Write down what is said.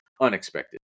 unexpected